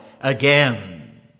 again